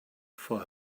for